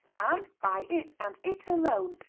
and by it, and it alone,